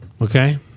Okay